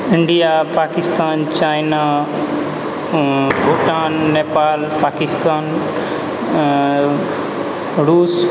India Pakistan China Bhutan Nepal Pakistan रूस